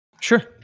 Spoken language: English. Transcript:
Sure